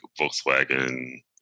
Volkswagen